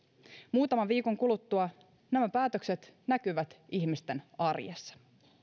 muutaman viikon kuluttua nämä päätökset näkyvät ihmisten arjessa